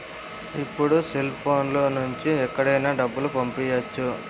ఇప్పుడు సెల్ఫోన్ లో నుంచి ఎక్కడికైనా డబ్బులు పంపియ్యచ్చు